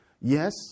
Yes